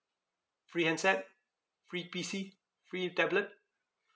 free handset free P_C free tablet